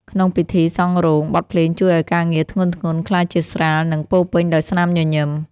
ក្នុងពិធីសង់រោង បទភ្លេងជួយឱ្យការងារធ្ងន់ៗក្លាយជាស្រាល និងពោរពេញដោយស្នាមញញឹម។